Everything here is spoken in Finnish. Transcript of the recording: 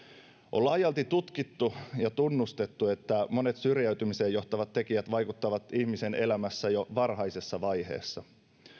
on laajalti tutkittu ja tunnustettu että monet syrjäytymiseen johtavat tekijät vaikuttavat ihmisen elämässä jo varhaisessa vaiheessa